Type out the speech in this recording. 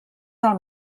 del